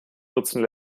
nutzen